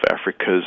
Africa's